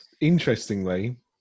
Interestingly